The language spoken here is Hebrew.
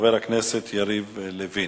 חבר הכנסת יריב לוין.